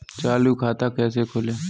चालू खाता कैसे खोलें?